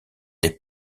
des